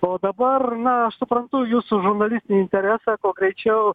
o dabar na aš suprantu jūsų žurnalistinį interesą kuo greičiau